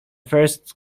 first